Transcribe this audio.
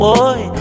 Boy